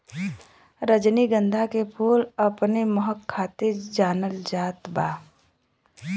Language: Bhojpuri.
रजनीगंधा के फूल अपने महक खातिर जानल जात बा